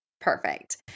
Perfect